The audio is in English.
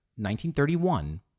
1931